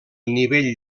nivell